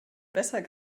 besser